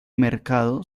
mercado